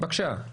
בבקשה.